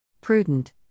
Prudent